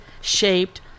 shaped